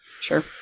sure